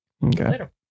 later